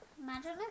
Imagine